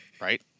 right